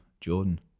Jordan